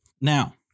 Now